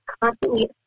constantly